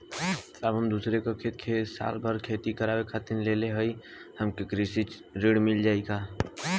साहब हम दूसरे क खेत साल भर खेती करावे खातिर लेहले हई हमके कृषि ऋण मिल जाई का?